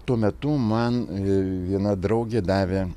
tuo metu man viena draugė davė